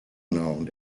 known